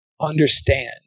understand